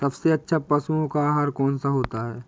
सबसे अच्छा पशुओं का आहार कौन सा होता है?